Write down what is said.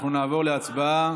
אנחנו נעבור להצבעה